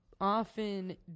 often